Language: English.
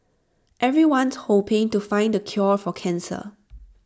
everyone's hoping to find the cure for cancer